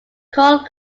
cult